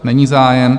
Není zájem.